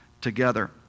together